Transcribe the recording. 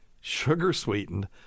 sugar-sweetened